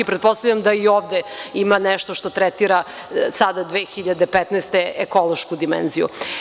Pretpostavljam da i ovde ima nešto što tretira sada 2015. godine ekološku dimenziju.